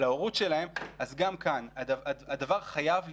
להורות שלהם אז גם כאן הדבר חייב לקרות,